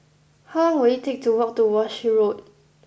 how long will it take to walk to Walshe Road